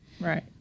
Right